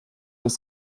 das